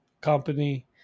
company